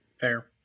Fair